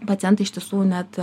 pacientai iš tiesų net